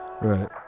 right